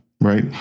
right